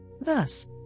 Thus